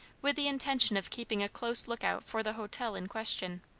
with the intention of keeping a close look-out for the hotel in question.